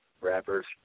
rappers